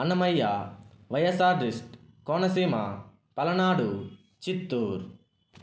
Annamayya YSR dist Konaseema Palnadu Chittoor